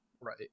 right